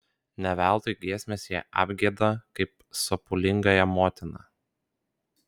ne veltui giesmės ją apgieda kaip sopulingąją motiną